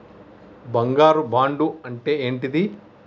బంగారు బాండు అంటే ఏంటిది?